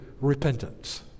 repentance